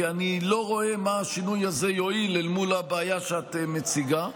כי אני לא רואה מה השינוי הזה יועיל אל מול הבעיה שאת מציגה.